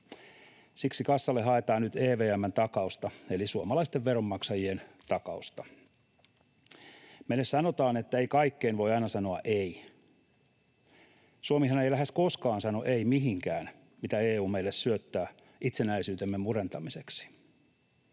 Siksi kassalle haetaan nyt EVM:n takausta eli suomalaisten veronmaksajien takausta. Meille sanotaan, että ei kaikkeen voi aina sanoa ”ei”. Suomihan ei lähes koskaan sano ”ei” mihinkään, mitä EU meille syöttää itsenäisyytemme murentamiseksi.